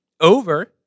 over